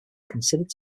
considered